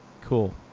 cool